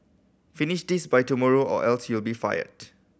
finish this by tomorrow or else you'll be fired